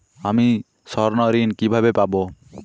আমি স্বর্ণঋণ কিভাবে পাবো?